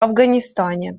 афганистане